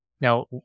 Now